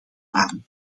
aan